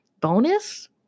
Bonus